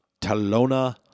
Talona